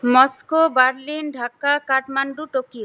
Moscow Berlin Dhaka Kathmandu Tokyo